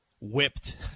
whipped